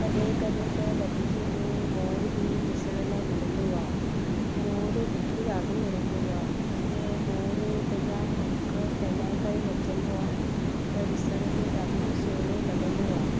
कॾहिं कॾहिं त बाग़ीचे में मोर बि ॾिसण लाइ मिलंदो आहे मोर मुखे ॾाढो वणंदो आहे जीअं मोर पंहिंजा पंख फैलाए करे नचंदो आ्हे त ॾिसण में ॾाढो सुहिणो लॻंदो आहे